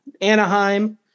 Anaheim